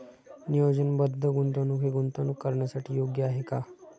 नियोजनबद्ध गुंतवणूक हे गुंतवणूक करण्यासाठी योग्य आहे का?